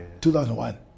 2001